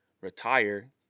retire